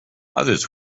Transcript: others